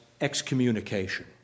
excommunication